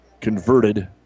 converted